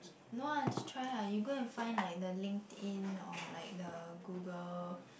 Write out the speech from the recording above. no lah just try lah you go and find like the LinkedIn or like the Google